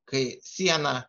kai siena